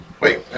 Wait